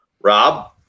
Rob